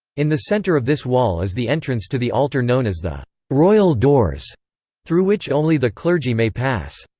in the center of this wall is the entrance to the altar known as the royal doors through which only the clergy may pass.